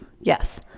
Yes